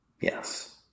Yes